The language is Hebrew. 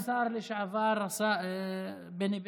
יש גם את השר לשעבר בני בגין,